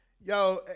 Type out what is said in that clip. Yo